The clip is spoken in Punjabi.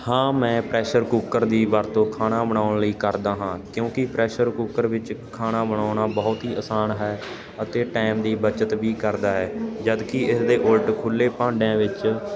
ਹਾਂ ਮੈਂ ਪ੍ਰੈਸ਼ਰ ਕੁੱਕਰ ਦੀ ਵਰਤੋਂ ਖਾਣਾ ਬਣਾਉਣ ਲਈ ਕਰਦਾ ਹਾਂ ਕਿਉਂਕੀ ਪ੍ਰੈਸ਼ਰ ਕੁੱਕਰ ਵਿੱਚ ਖਾਣਾ ਬਣਾਉਣਾ ਬਹੁਤ ਹੀ ਆਸਾਨ ਹੈ ਅਤੇ ਟਾਇਮ ਦੀ ਬਚਤ ਵੀ ਕਰਦਾ ਹੈ ਜਦਕਿ ਇਸਦੇ ਉਲਟ ਖੁੱਲੇ ਭਾਂਡਿਆਂ ਵਿੱਚ